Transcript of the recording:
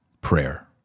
prayer